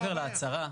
מעבר להצהרה,